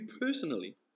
personally